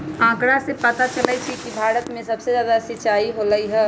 आंकड़ा से पता चलई छई कि भारत में सबसे जादा सिंचाई होलई ह